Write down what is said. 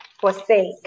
forsake